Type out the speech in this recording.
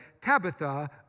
Tabitha